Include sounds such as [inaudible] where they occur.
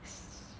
[noise]